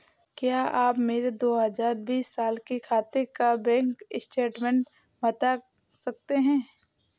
क्या आप मेरे दो हजार बीस साल के खाते का बैंक स्टेटमेंट बता सकते हैं?